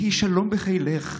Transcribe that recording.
יהי שלום בחילך,